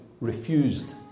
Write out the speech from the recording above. refused